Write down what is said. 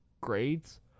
Grades